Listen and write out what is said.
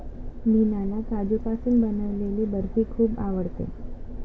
मीनाला काजूपासून बनवलेली बर्फी खूप आवडते